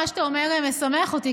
מה שאתה אומר משמח אותי,